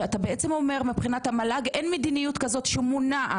שאתה בעצם אומר מבחינת המל"ג אין מדיניות כזאת שמונעת